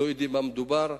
שלא יודעים במה מדובר.